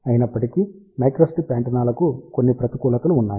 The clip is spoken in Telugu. అయినప్పటికీ మైక్రోస్ట్రిప్ యాంటెన్నాలకు కొన్ని ప్రతికూలతలు ఉన్నాయి